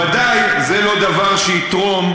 ודאי זה לא דבר שיתרום,